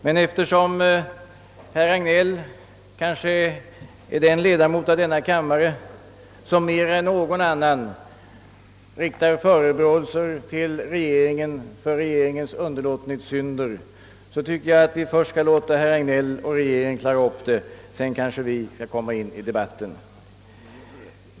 Men eftersom herr Hagnell kanske är den ledamot av denna kammare, som mer än någon annan riktar förebråelser mot regeringen för dess underlåtenhetssynder, tycker jag att vi skall låta herr Hagnell och regeringen först klara upp dessa ting; sedan kanske vi från oppositionen kan komma in i debatten.